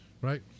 Right